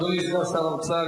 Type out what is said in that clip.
אדוני סגן שר האוצר